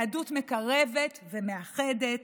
יהדות מקרבת ומאחדת,